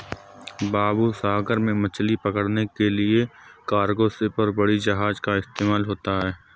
बाबू सागर में मछली पकड़ने के लिए कार्गो शिप और बड़ी जहाज़ का इस्तेमाल होता है